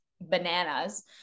bananas